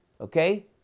okay